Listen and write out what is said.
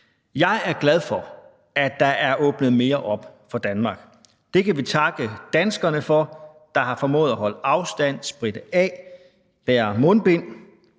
Jeg er glad for, at der er åbnet mere op for Danmark. Det kan vi takke de danskere for, der har formået at holde afstand, spritte af og bære mundbind.